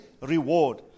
reward